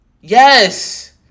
Yes